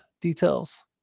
details